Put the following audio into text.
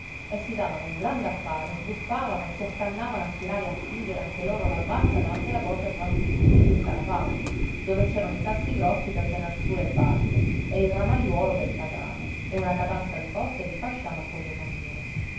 e si davano un gran da fare e sbuffavano e si affannavano a tirare e a spingere anche loro la barca davanti alla porta di mastro zuppiddu il calafato dove c'erano i sassi grossi per tener su le barche e il ramaiuolo pel catrame e una catasta di coste e di fasciame appoggiate al muro